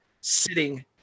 sitting